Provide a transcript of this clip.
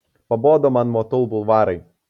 pabodo man motul bulvarai